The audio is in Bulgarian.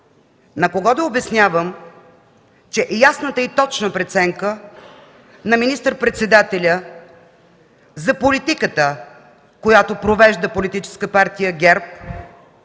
На кого да обяснявам ясната и точна преценка на министър-председателя за политиката, която провежда Политическа партия ГЕРБ,